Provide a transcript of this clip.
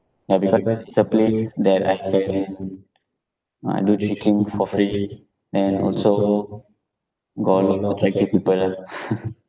ya because it's a place that I can ah do tricking for free then also got a lot of attractive people